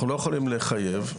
אנחנו לא יכולים לחייב.